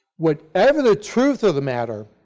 whatever the truth of the matter,